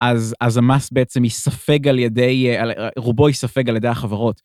אז המס בעצם ייספג על ידי, רובו ייספג על ידי החברות.